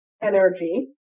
energy